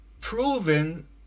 Proven